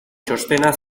txostena